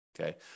okay